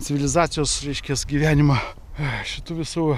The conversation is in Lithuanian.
civilizacijos reiškias gyvenimą šitų visų